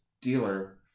dealer